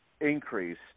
increase